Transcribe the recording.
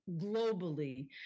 globally